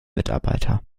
mitarbeiter